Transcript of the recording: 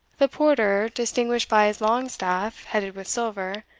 the porter, distinguished by his long staff headed with silver,